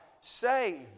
saved